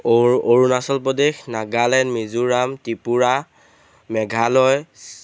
Arunachal Pradesh Nagaland Mizoram Tripura Meghalaya